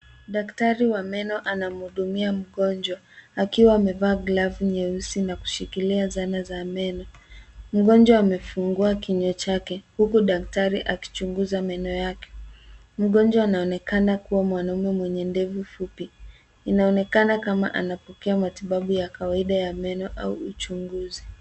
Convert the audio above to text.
Daktari wa meno anamhudumia mngonjwa akiwa amevaa glovu nyeusi na anashikilia sana za meno, mgonjwa amefungua kinywa chake huku daktari akichunguza meno yake, mngonjwa anaonekana kuwa mwanaume mwenye ndevu fupi inaonekana kama anapokea matibabu ya kawaida ya meno au uchunguzi.